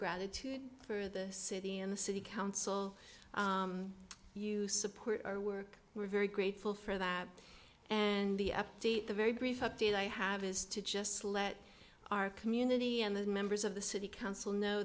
gratitude for the city and the city council you support our work we're very grateful for that and the update the very brief update i have is to just let our community and the members of the city council know